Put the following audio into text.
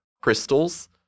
crystals